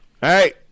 Hey